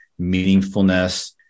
meaningfulness